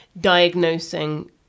diagnosing